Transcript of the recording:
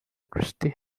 christian